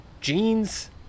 jeans